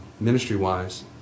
ministry-wise